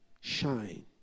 shine